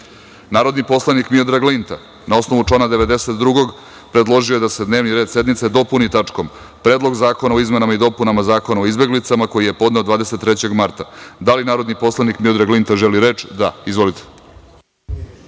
poslanik Miodrag Linta, na osnovu člana 92. predložio je da se dnevni red sednice dopuni tačkom – Predlog zakona o izmenama i dopunama Zakona o izbeglicama, koji je podneo 23. marta. Da li narodni poslanik Miodrag Linta želi reč? (Da)Izvolite.